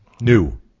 New